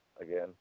again